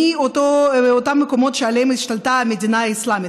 מאותם מקומות שעליהם השתלטה המדינה האסלאמית,